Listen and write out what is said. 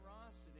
Generosity